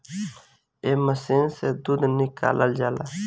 एह मशीन से दूध निकालल जाला